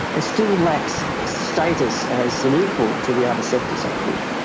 ah still lacks a status as an equal to the other sectors i think.